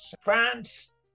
France